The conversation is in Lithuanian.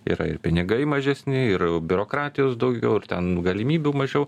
yra ir pinigai mažesni ir biurokratijos daugiau ir ten galimybių mažiau